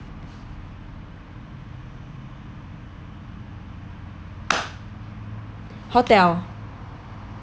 hotel